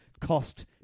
cost